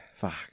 fuck